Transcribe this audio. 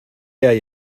hay